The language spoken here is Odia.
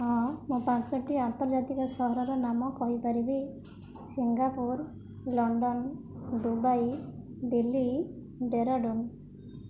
ହଁ ମୁଁ ପାଞ୍ଚଟି ଆନ୍ତର୍ଜାତିକ ସହରର ନାମ କହିପାରିବି Singapore London Dubai Delhi Dehradun